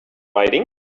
writing